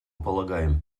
полагаем